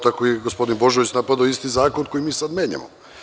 Tako i gospodin Božović je napadao isti zakon koji mi sada menjamo.